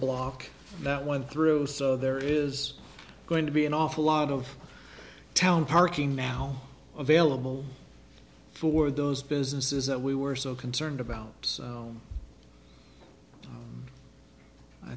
block that went through so there is going to be an awful lot of town parking now available for those businesses that we were so concerned about